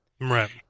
Right